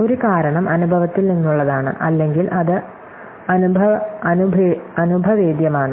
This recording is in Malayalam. ഒരു കാരണം അനുഭവത്തിൽ നിന്നുള്ളതാണ് അല്ലെങ്കിൽ അത് അനുഭവേദ്യമാണ്